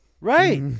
Right